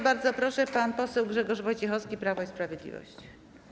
Bardzo proszę, pan poseł Grzegorz Wojciechowski, Prawo i Sprawiedliwość.